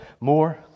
more